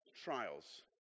trials